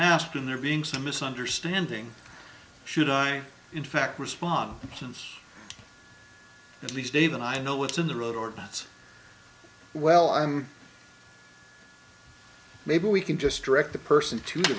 asked and there being some misunderstanding should i in fact respond since at least dave and i know what's in the road or bats well i'm maybe we can just direct the person to the